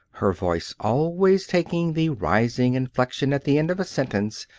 her voice always taking the rising inflection at the end of a sentence,